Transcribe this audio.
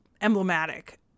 emblematic